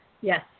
yes